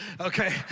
okay